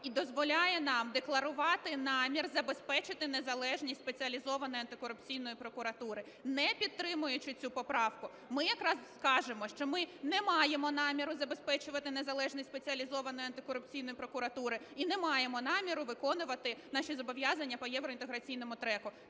і дозволяє нам декларувати намір забезпечити незалежність Спеціалізованої антикорупційної прокуратури. Не підтримуючи цю поправку, ми якраз скажемо, що ми не маємо наміру забезпечувати незалежність Спеціалізованої антикорупційної прокуратури і не маємо наміру виконувати наші зобов'язання по євроінтеграційному треку.